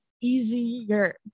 easier